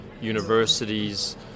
universities